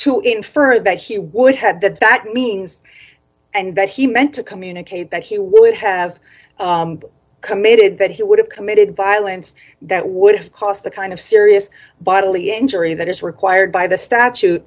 to infer that he would have that that means and that he meant to communicate that he would have committed that he would have committed violence that would have cost the kind of serious bodily injury that is required by the statute